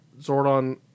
Zordon